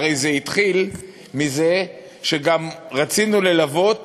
הרי זה התחיל מזה שגם רצינו ללוות